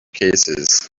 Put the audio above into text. cases